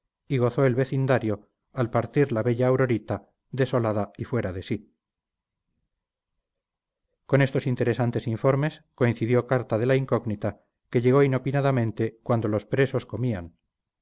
y gozó el vecindario al partir la bella aurorita desolada y fuera de sí con estos interesantes informes coincidió carta de la incógnita que llegó inopinadamente cuando los presos comían